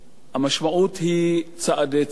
המשמעות היא צעדי צנע.